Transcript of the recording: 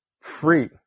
free